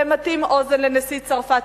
והם מטים אוזן לנשיא צרפת,